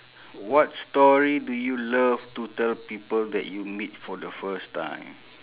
what story do you love to tell people that you meet for the first time